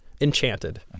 Enchanted